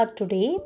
today